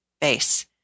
base